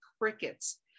crickets